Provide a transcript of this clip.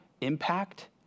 impact